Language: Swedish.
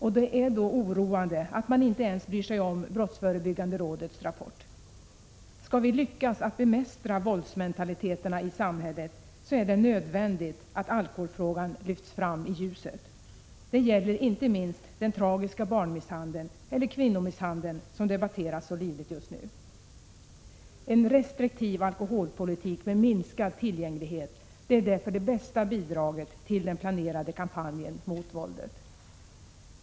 Det är då oroande att man inte ens bryr sig om brottsförebyggande rådets rapport. Skall vi lyckas att bemästra våldsmentaliteten i samhället, är det nödvändigt att alkoholfrågan lyfts fram i ljuset. Detta gäller inte minst den tragiska barnmisshandeln eller kvinnomisshandeln, som debatteras så livligt just nu. En restriktiv alkoholpolitik med minskad tillgänglighet är därför det bästa bidraget till den planerade kampanjen mot våldet.